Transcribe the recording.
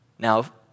Now